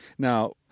Now